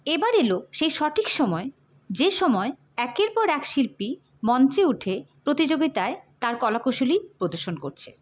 এবার এলো সেই সঠিক সময় যে সময় একের পর এক শিল্পী মঞ্চে উঠে প্রতিযোগিতায় তার কলাকুশলী প্রদর্শন করছে